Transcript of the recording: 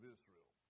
Israel